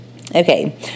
Okay